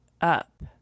up